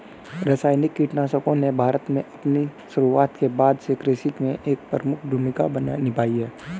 रासायनिक कीटनाशकों ने भारत में अपनी शुरुआत के बाद से कृषि में एक प्रमुख भूमिका निभाई है